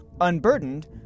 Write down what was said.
Unburdened